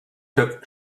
took